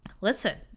listen